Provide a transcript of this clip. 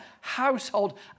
household